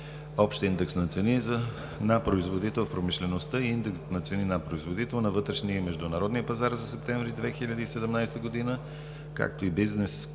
общия индекс на цени на производител в промишлеността и индекс на цени на производител на вътрешния и международния пазар за септември 2017 г., както и за бизнес климата